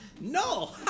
No